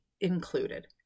included